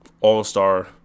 All-star